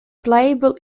playable